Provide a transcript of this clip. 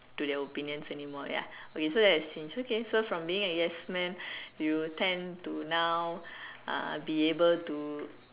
to their opinions anymore ya so that's okay so from being a yes man you tend to now uh be able to